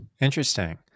Interesting